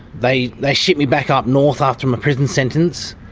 they they shipped me back up north after my prison sentence.